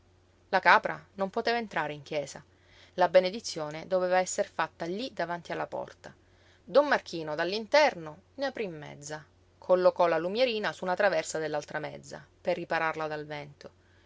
la capra non poteva entrare in chiesa la benedizione doveva esser fatta lí davanti la porta don marchino dall'interno ne aprí mezza collocò la lumierina su una traversa dell'altra mezza per ripararla dal vento